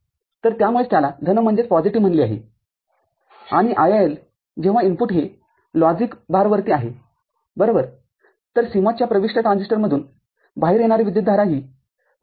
तरत्यामुळेच त्याला धनम्हणले आहे आणि IIL जेव्हा इनपुटहे लॉजिक भार वरती आहे बरोबर तर CMOS च्या प्रविष्ट ट्रान्झिस्टरमधून बाहेर येणारी विद्युतधारा ही वजा १